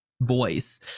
voice